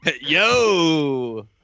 Yo